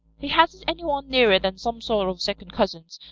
he hasn't any one nearer than some sort of second cousins,